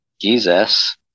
Jesus